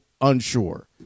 unsure